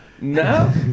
No